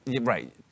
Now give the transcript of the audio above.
Right